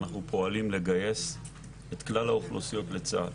אנו פועלים לגייס את כלל האוכלוסיות לצה"ל